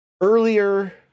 earlier